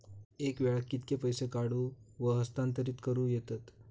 एका वेळाक कित्के पैसे काढूक व हस्तांतरित करूक येतत?